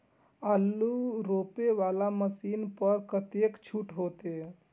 आलू रोपे वाला मशीन पर कतेक छूट होते?